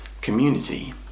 community